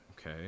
okay